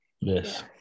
Yes